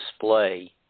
display